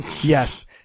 yes